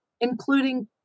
including